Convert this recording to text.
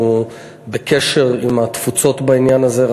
אנחנו בקשר עם התפוצות בעניין הזה.